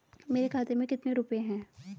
मेरे खाते में कितने रुपये हैं?